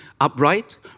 upright